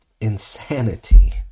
insanity